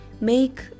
make